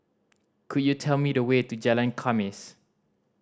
could you tell me the way to Jalan Khamis